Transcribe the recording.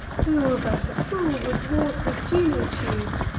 who, but a fool, would wars with juno choose,